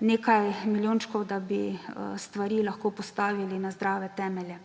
nekaj milijončkov, da bi stvari lahko postavili na zdrave temelje.